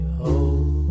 hold